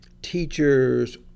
teachers